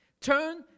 turn